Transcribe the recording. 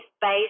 based